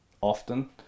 often